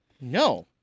No